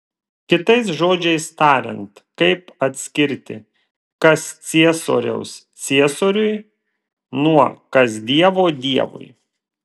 kitais žodžiais tariant kaip atskirti kas ciesoriaus ciesoriui nuo kas dievo dievui